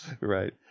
Right